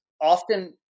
often